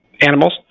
animals